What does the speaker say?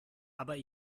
aber